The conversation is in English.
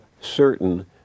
certain